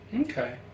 Okay